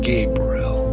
Gabriel